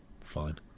fine